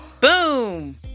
Boom